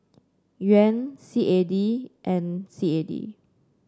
Yuan C A D and C A D